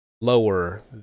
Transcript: lower